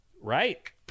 Right